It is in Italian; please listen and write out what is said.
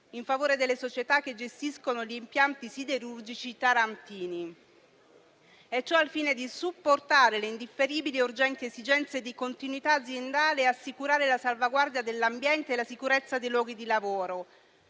in favore delle società che gestiscono gli impianti siderurgici tarantini. Ciò al fine di supportare le indifferibili e urgenti esigenze di continuità aziendale e assicurare la salvaguardia dell'ambiente e la sicurezza dei luoghi di lavoro.